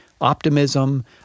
optimism